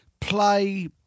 play